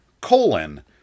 Colon